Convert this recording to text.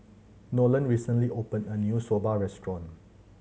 Nolen recently opened a new Soba restaurant